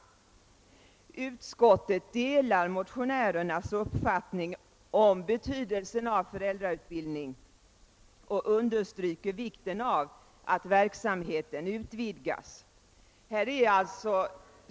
Utskottet delar motionärernas uppfattning om betydelsen av föräldrautbildning och understryker vikten av att verksamheten utvidgas.